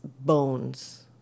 bones